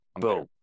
Boom